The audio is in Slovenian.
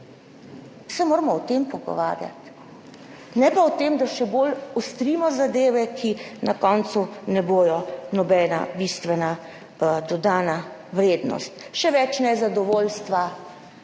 se moramo pogovarjati o tem, ne pa da še bolj ostrimo zadeve, ki na koncu ne bodo nobena bistvena dodana vrednost. Še več nezadovoljstva